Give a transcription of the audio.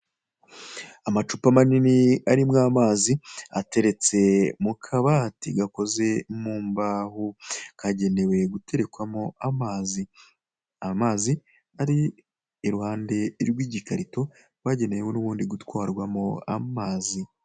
Amacupa manini arimo amazi, ateretse mu kabati gakoze mu mbaho, kagenewe guterekwamo amazi, amazi ari iruhande rw'igikarito, rwagenewe n'ubundi gutwarwamo amazi.